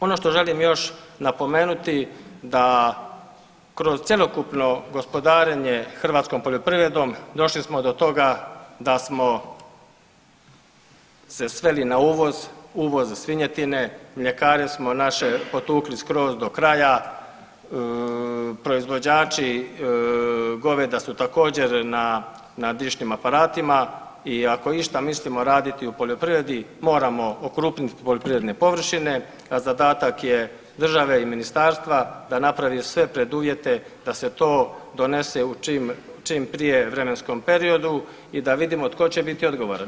Ono što želim još napomenuti da kroz cjelokupno gospodarenje hrvatskom poljoprivredom došli smo do toga da smo se sveli na uvoz, uvoz svinjetine, mljekare smo naše potukli skroz do kraja, proizvođači goveda su također na dišnim aparatima i ako išta mislimo raditi u poljoprivredi moramo okrupniti poljoprivredne površine, a zadatak je države i ministarstva da napravi sve preduvjete da se to donese u čim prije vremenskom periodu i da vidimo tko će biti odgovoran.